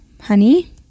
honey